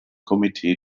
komitee